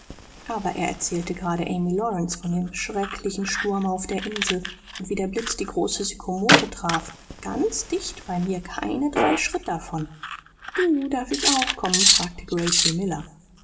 aber er erzählte grade amy lawrence von dem schrecklichen sturm auf der insel und wie der blitz die große sykomore traf ganz dicht bei mir keine drei schritt davon du darf ich auch kommen fragte gracie miller